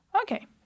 Okay